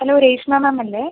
hello Reshma ma'am അല്ലെ